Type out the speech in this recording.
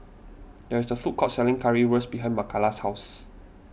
there is a food court selling Currywurst behind Makaila's house